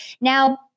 Now